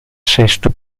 sesto